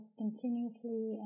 continuously